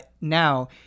Now